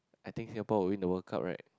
I think Singapore will win the World Cup right